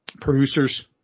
producers